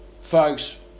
folks